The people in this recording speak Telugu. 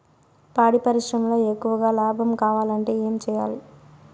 పాడి పరిశ్రమలో ఎక్కువగా లాభం కావాలంటే ఏం చేయాలి?